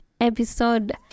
episode